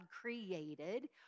created